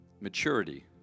Maturity